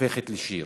שהופכת לשיר.